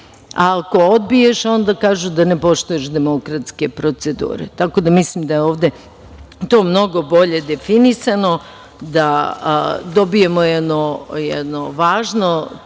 a ako odbiješ onda kažu da ne poštuješ demokratske procedure. Mislim da je to ovde mnogo bolje definisano, dobijamo jedno važno